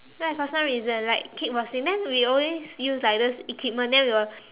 so like for some reason like kickboxing then we always use like those equipment then we will